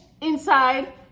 inside